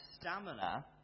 stamina